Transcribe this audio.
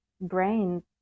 brain